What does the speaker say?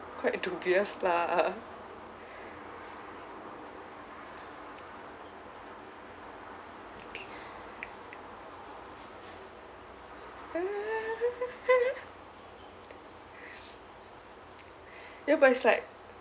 quite dubious lah ya but it's like